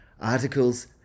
articles